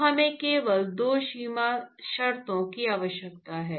तो हमें केवल 2 सीमा शर्तों की आवश्यकता है